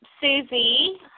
Susie